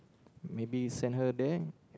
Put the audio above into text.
maybe send her there